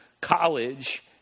college